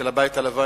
של הבית הלבן,